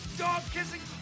dog-kissing